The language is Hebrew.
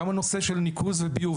וגם נושא הניקוז וביוב.